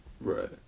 Right